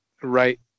right